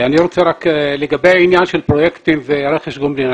לגבי פרויקטים ורכש גומלין.